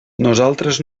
nosaltres